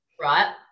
Right